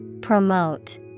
Promote